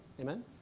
Amen